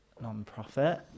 non-profit